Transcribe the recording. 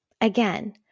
again